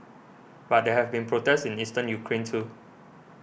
but there have been protests in Eastern Ukraine too